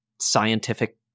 scientific